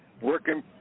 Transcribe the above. working